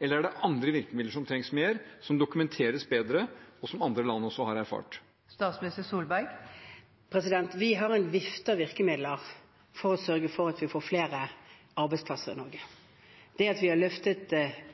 Eller er det andre virkemidler som trengs mer, som kan dokumenteres bedre, og som andre land også har erfart? Vi har en vifte av virkemidler for å sørge for at vi får flere arbeidsplasser i